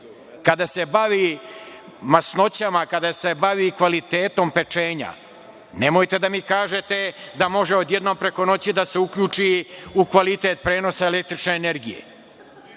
kada se bavi masnoćama, kada se bavi kvalitetom pečenja, nemojte da mi kažete da može odjednom preko noći da se uključi u kvalitet prenosa električne energije.